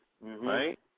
right